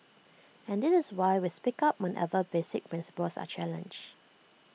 and this is why we speak up whenever basic principles are challenged